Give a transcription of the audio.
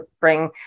bring